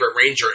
ranger